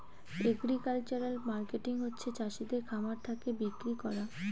agricultural marketing হচ্ছে চাষিদের খামার থাকে বিক্রি করা